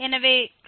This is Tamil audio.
எனவே 0